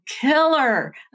killer